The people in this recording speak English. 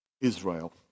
Israel